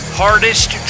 hardest